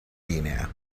linea